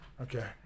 Okay